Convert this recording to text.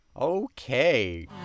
Okay